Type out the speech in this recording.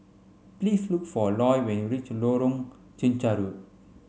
please look for Loy when you reach Lorong Chencharu